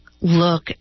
look